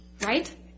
right